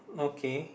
okay